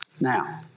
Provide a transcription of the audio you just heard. Now